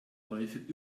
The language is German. häufig